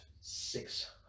six